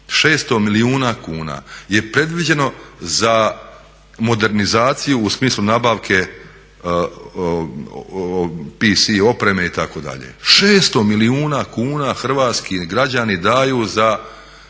600 milijuna kuna je predviđeno za modernizaciju u smislu nabavke PC opreme itd., 600 milijuna kuna hrvatski građani daju za